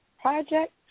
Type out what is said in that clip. project